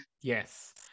Yes